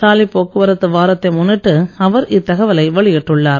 சாலைப் போக்குவரத்து வாரத்தை முன்னிட்டு அவர் இத்தகவலை வெளியிட்டுள்ளார்